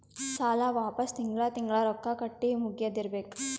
ಸಾಲ ವಾಪಸ್ ತಿಂಗಳಾ ತಿಂಗಳಾ ರೊಕ್ಕಾ ಕಟ್ಟಿ ಮುಗಿಯದ ಇರ್ಬೇಕು